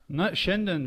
na šiandien